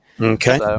Okay